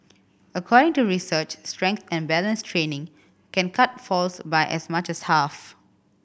according to research strength and balance training can cut falls by as much as half